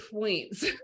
points